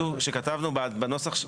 שכתבנו בנוסח,